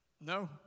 No